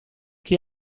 che